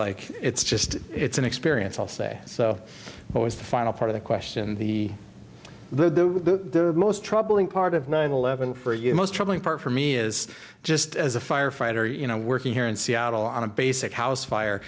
like it's just it's an experience i'll say so what was the final part of the question the the most troubling part of nine eleven for you most troubling part for me is just as a firefighter you know working here in seattle on a basic house fire